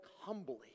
humbly